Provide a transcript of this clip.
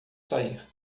sair